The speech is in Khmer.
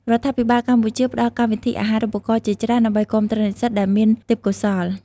រដ្ឋាភិបាលកម្ពុជាផ្តល់កម្មវិធីអាហារូបករណ៍ជាច្រើន ដើម្បីគាំទ្រនិស្សិតដែលមានទេពកោសល្យ។